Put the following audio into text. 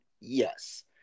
Yes